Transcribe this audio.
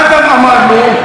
מה עוד אמר לו?